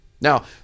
Now